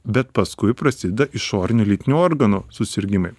bet paskui prasideda išorinių lytinių organų susirgimai